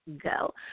go